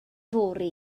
fory